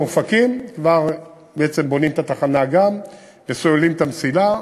באופקים כבר בעצם בונים את התחנה וסוללים את המסילה,